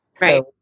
Right